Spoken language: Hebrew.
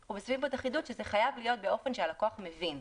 אנחנו מוסיפים את החידוד שאומר שזה חייב להיות באופן שהלקוח מבין.